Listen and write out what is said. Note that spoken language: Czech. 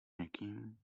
někým